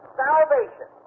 salvation